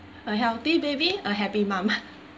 a healthy baby a happy mom